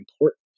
important